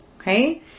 Okay